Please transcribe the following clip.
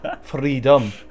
freedom